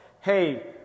Hey